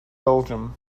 belgium